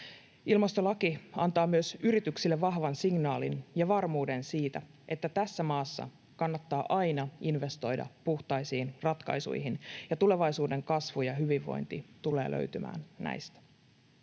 Ilmastolaki antaa myös yrityksille vahvan signaalin ja varmuuden siitä, että tässä maassa kannattaa aina investoida puhtaisiin ratkaisuihin ja tulevaisuuden kasvu ja hyvinvointi tulevat löytymään näistä.